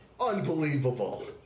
Unbelievable